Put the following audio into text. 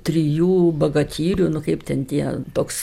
trijų bagatyrių nu kaip ten tie toks